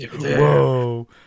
Whoa